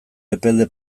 epelde